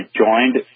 joined